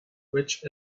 which